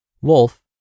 wolf